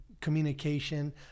communication